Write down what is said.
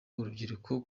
urubyiruko